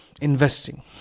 investing